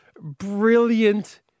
brilliant